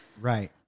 Right